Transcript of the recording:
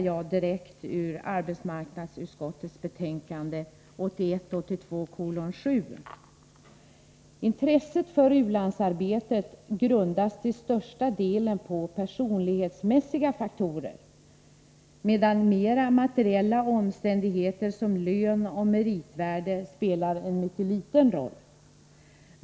Jag citerar ur arbetsmarknadsutskottets betänkande 1981/82:7: ”Intresset för u-landsarbetet grundas till största delen på personlighetsmässiga faktorer medan mera materiella omständigheter såsom lön och meritvärde spelar en mycket liten roll.